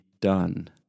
done